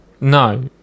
No